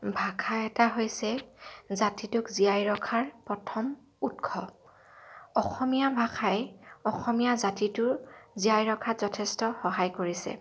ভাষা এটা হৈছে জাতিটোক জীয়াই ৰখাৰ প্ৰথম উৎস অসমীয়া ভাষাই অসমীয়া জাতিটোৰ জীয়াই ৰখাত যথেষ্ট সহায় কৰিছে